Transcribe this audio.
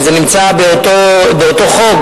שנמצא באותו חוק,